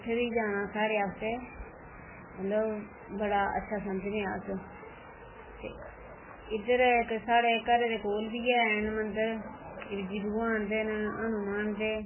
उत्थै बी जाना साढ़े आस्तै मतलब अच्छा समझने अस इक्क साढ़े घरै दे कोल बी हैन मंदर शिवजी भगवान दे न हनुमान दे न